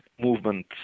movement